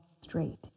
straight